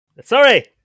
Sorry